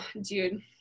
dude